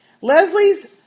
Leslie's